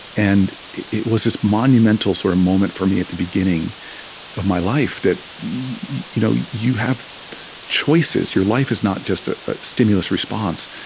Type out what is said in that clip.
and it was this monumental sort of moment for me, at the beginning of my life that you know you have choices. your life is not just ah stimulus-response.